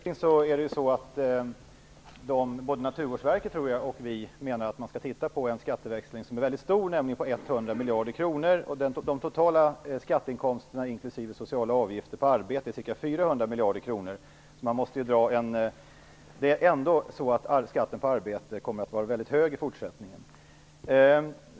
Herr talman! Både Naturvårdsverket och vi menar att skatteväxling är någonting väldigt stort, det handlar nämligen om 100 miljarder kronor. De totala skatteinkomsterna inklusive sociala avgifterna på arbete är på 400 miljarder. Ändå kommer skatten på arbete att vara väldigt hög i fortsättningen.